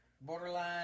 Borderline